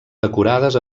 decorades